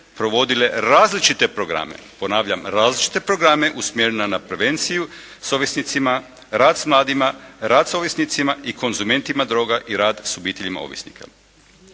provodile različite programe,» ponavljam «različite programe usmjerene na prevenciju s ovisnicima, rad s mladima, rad s ovisnicima i konzumentima droga i rad s obiteljima ovisnika».